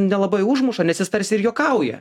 nelabai užmuša nes jis tarsi juokauja